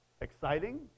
exciting